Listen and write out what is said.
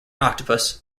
octopus